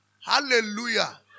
Hallelujah